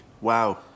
wow